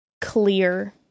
clear